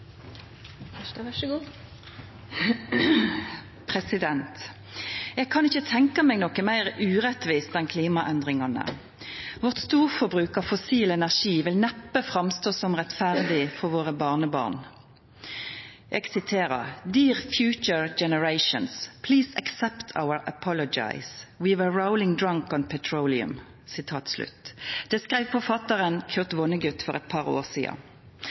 Eg kan ikkje tenkja meg noko meir urettvist enn klimaendringane. Vårt storforbruk av fossil energi vil neppe stå fram som rettferdig for våre barnebarn.